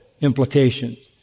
implications